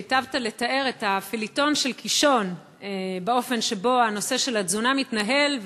היטבת לתאר את הפיליטון של קישון באופן שבו הנושא של התזונה מתנהל,